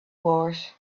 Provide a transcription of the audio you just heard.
wars